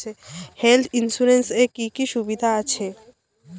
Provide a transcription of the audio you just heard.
Health insurance এ কি কি সুবিধা আছে?